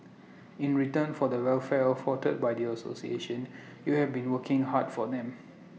in return for the welfare afforded by the association you have been working hard for them